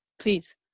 Please